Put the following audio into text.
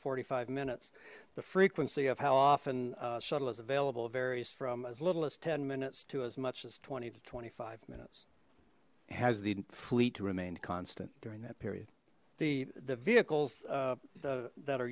forty five minutes the frequency of how often shuttle is available varies from as little as ten minutes to as much as twenty to twenty five minutes has the fleet remained constant during that period the the vehicles that are